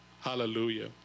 Hallelujah